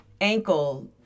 ankle